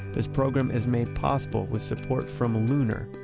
this program is made possible with support from lunar,